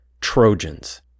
Trojans